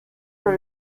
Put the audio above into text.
dans